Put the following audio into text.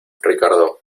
ricardo